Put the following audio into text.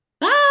Bye